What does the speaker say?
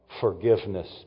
forgiveness